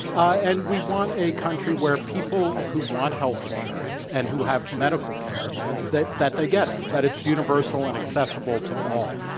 ah and we want a country where people who want health insurance and who have medical care that that they get it, that it's universal and accessible to all.